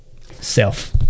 Self